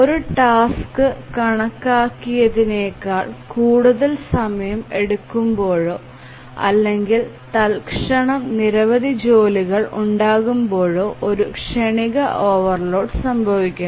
ഒരു ടാസ്ക് കണക്കാക്കിയതിനേക്കാൾ കൂടുതൽ സമയം എടുക്കുമ്പോഴോ അല്ലെങ്കിൽ തൽക്ഷണം നിരവധി ജോലികൾ ഉണ്ടാകുമ്പോഴോ ഒരു ക്ഷണിക ഓവർലോഡ് സംഭവിക്കുന്നു